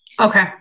Okay